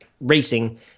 racing